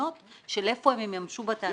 התוכניות של איפה הן יממשו בתעשייה.